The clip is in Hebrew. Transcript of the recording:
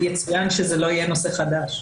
שיצוין שזה לא יהיה נושא חדש.